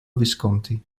visconti